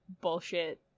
bullshit